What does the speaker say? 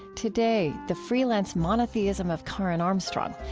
today, the freelance monotheism of karen armstrong,